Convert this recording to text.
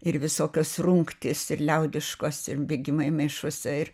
ir visokios rungtys ir liaudiškos ir bėgimai maišuose ir